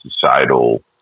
societal